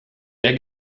der